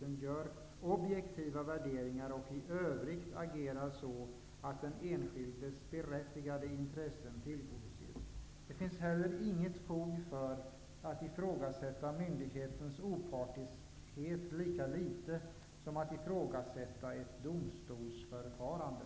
den gör objektiva värderingar och i övrigt agerar så, att den enskildes berättigade intressen tillgodoses. Det finns heller inget fog för att ifrågasätta myndighetens opartiskhet, lika litet som det finns fog för att ifrågasätta ett domstolsförfarande.